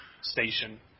station